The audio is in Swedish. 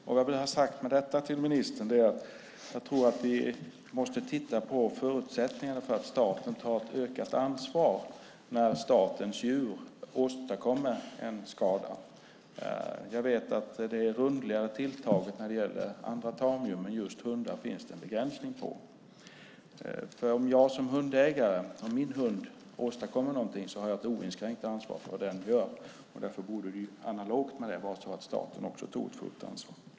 Vad jag vill ha sagt med detta till ministern är att jag tror att vi måste titta på förutsättningarna för att staten tar ett ökat ansvar när statens djur åstadkommer en skada. Jag vet att det är rundligare tilltaget när det gäller andra tamdjur, men för just hundar finns det en begränsning. Om min hund åstadkommer något har jag som hundägare oinskränkt ansvar. Därför borde det analogt med detta vara så att staten tar ett fullt ansvar.